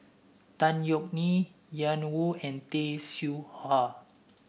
Tan Yeok Nee Ian Woo and Tay Seow Huah